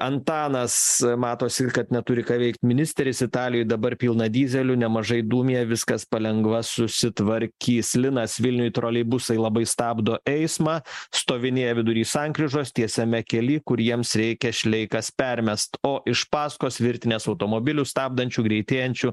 antanas matosi kad neturi ką veikt ministeris italijoj dabar pilna dyzelių nemažai dūmija viskas palengva susitvarkys linas vilniuj troleibusai labai stabdo eismą stovinėja vidury sankryžos tiesiame kely kuriems reikia šleikas permest o iš pasakos virtinės automobilių stabdančių greitėjančių